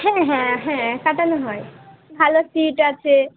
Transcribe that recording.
হ্যাঁ হ্যাঁ হ্যাঁ কাটানো হয় ভালো ছিট আছে